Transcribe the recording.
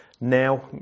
now